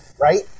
right